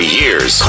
years